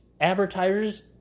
advertisers